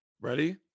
ready